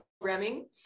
programming